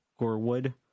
Gorewood